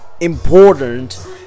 important